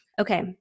Okay